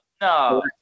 No